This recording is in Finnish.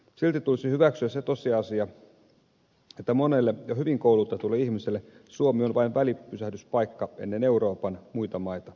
silti tulisi hyväksyä se tosiasia että monelle jo hyvin koulutetulle ihmiselle suomi on vain välipysähdyspaikka ennen euroopan muita maita